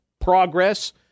progress